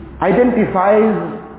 identifies